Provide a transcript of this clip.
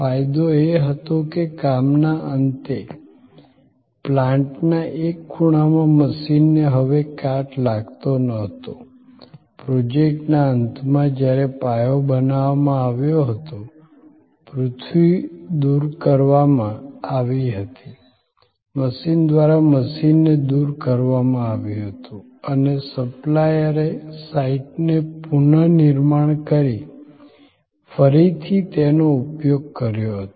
ફાયદો એ હતો કે કામના અંતે પ્લાન્ટના એક ખૂણામાં મશીનને હવે કાટ લાગતો ન હતો પ્રોજેક્ટના અંતમાં જ્યારે પાયો બનાવવામાં આવ્યો હતો પૃથ્વી દૂર કરવામાં આવી હતી મશીન દ્વારા મશીનને દૂર કરવામાં આવ્યું હતું અને સપ્લાયરે સાઇટને પુનઃનિર્માણ કરી ફરીથી તેનો ઉપયોગ કર્યો હતો